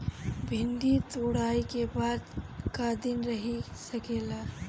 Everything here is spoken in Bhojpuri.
भिन्डी तुड़ायी के बाद क दिन रही सकेला?